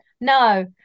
No